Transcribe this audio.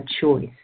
choice